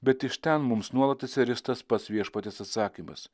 bet iš ten mums nuolat atsiris tas pats viešpaties atsakymas